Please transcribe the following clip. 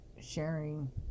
sharing